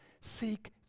Seek